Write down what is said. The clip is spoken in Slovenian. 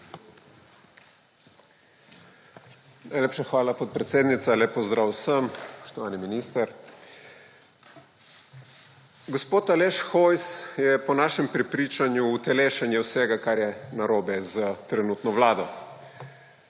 hvala, podpredsednica. Lep pozdrav vsem! Spoštovani minister! Gospod Aleš Hojs je po našem prepričanju utelešenje vsega, kar je narobe s trenutno vlado.